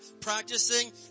practicing